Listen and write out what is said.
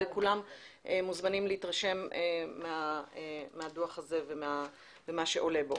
וכולם מוזמנים להתרשם מהדוח וממה שעולה בו.